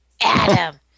Adam